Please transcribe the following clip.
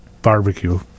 Barbecue